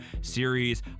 series